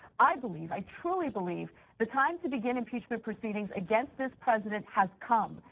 i believe, i truly believe the time to begin impeachment proceedings against this president has come.